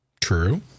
True